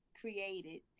created